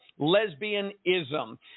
lesbianism